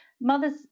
mother's